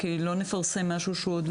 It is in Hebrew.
כי לא נפרסם משהו שלא